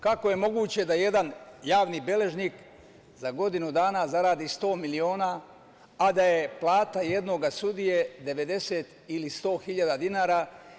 Kako je moguće da jedan javni beležnik za godinu dana zaradi 100 miliona, a da je plata jednog sudije 90.000 ili 100.000 dinara?